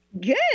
Good